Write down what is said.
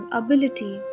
ability